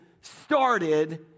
started